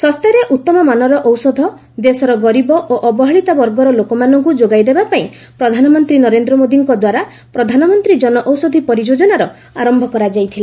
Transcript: ଶସ୍ତାରେ ଉତ୍ତମାନର ଔଷଧ ଦେଶର ଗରିବ ଓ ଅବହେଳିତ ବର୍ଗର ଲୋକମାନଙ୍କୁ ଯୋଗାଇ ଦେବା ପାଇଁ ପ୍ରଧାନମନ୍ତ୍ରୀ ନରେନ୍ଦ୍ର ମୋଦୀଙ୍କ ଦ୍ୱାରା ପ୍ରଧାନମନ୍ତ୍ରୀ ଜନଔଷଧୀ ପରିଯୋଜନାର ଆରମ୍ଭ କରାଯାଇଥିଲା